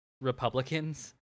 Republicans